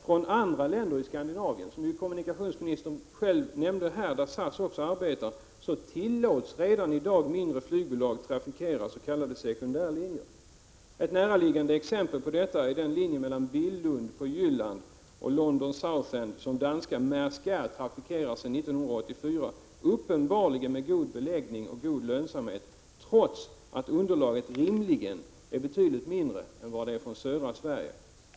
Från andra länder i Skandinavien där, som kommunikationsministern själv nämnde, SAS också arbetar, tillåts redan i dag mindre flygbolag trafikera s.k. sekundärlinjer. Ett näraliggande exempel på detta är den linje mellan Billund på Jylland och London-Southend som danska Maersk Air trafikerar sedan 1984 — uppenbarligen med god beläggning och god lönsamhet, trots att underlaget rimligen är betydligt mindre än det är på trafiken från södra Sverige.